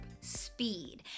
speed